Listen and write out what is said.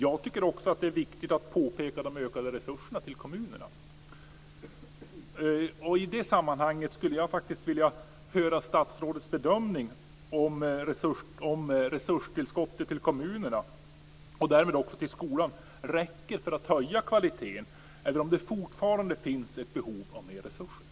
Jag tycker också att det är viktigt att påpeka de ökade resurserna till kommunerna. I det sammanhanget skulle jag faktiskt vilja höra statsrådets bedömning av om resurstillskottet till kommunerna och därmed också till skolan räcker för att höja kvaliteten eller om det fortfarande finns ett behov av mer resurser.